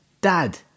Dad